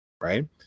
right